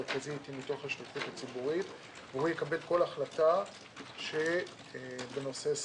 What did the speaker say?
מתוך שליחות ציבורית והוא יקבל כל החלטה בנושא שכרו,